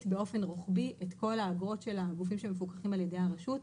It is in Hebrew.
באופן רוחבי את כל האגרות של הגופים שמפוקחים על ידי הרשות.